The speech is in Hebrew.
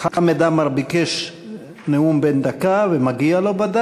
חמד עמאר ביקש נאום בן דקה, וודאי מגיע לו.